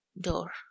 door